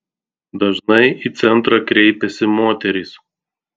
dažnai į centrą kreipiasi moterys